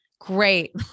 great